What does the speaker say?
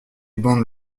bandes